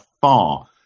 far